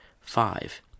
Five